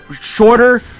shorter